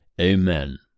Amen